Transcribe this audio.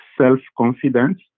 self-confidence